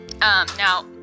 now